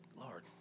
Lord